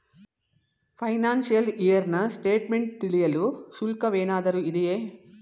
Financial year ನ statement ತಿಳಿಯಲು ಶುಲ್ಕವೇನಾದರೂ ಇದೆಯೇ?